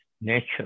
nature